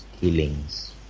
killings